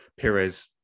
Pires